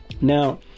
Now